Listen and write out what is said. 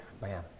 Man